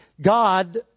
God